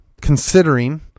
considering